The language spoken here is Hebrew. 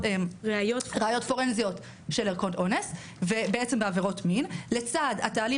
ראיות פורנזיות של ערכות אונס בעבירות מין לצד התהליך